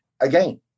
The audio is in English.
again